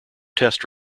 test